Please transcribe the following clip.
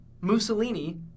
Mussolini